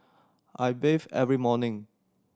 I bathe every morning